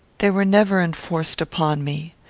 they were never enforced upon me.